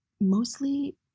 mostly